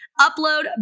upload